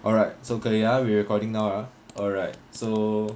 alright so 可以 ah we are recording now ah alright so